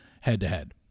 head-to-head